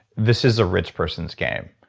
this is a rich person's game.